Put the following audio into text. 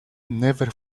never